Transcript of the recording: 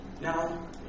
Now